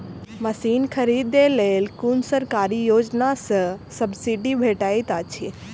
Machine खरीदे लेल कुन सरकारी योजना सऽ सब्सिडी भेटैत अछि?